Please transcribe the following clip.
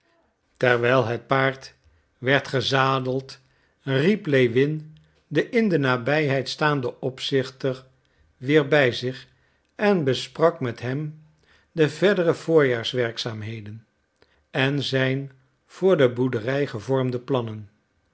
terwijl het paard werd gezadeld riep lewin den in de nabijheid staanden opzichter weer bij zich en besprak met hem de verdere voorjaarswerkzaamheden en zijn voor de boerderij gevormde plannen